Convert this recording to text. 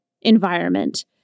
environment